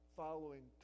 following